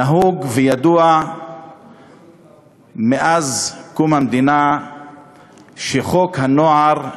נהוג וידוע מאז קום המדינה שחוק הנוער,